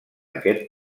aquest